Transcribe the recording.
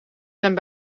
zijn